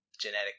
genetic